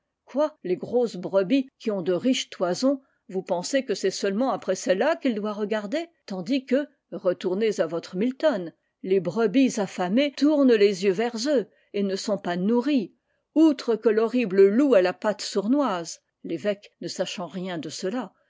quoi les grosses brebis qui ont de riches toisons vous pensez que c'est seulement après celles-là qu'il doit regarder tandis que retournez à votre milton les brebis affamées tournent les yeux vers eux et ne sont pas nourries outre que l'horrible loup à la patte sournoise t'évoque ne sachant rien de cela